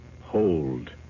hold